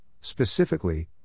specifically